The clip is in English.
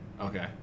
Okay